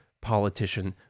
politician